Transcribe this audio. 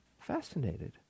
fascinated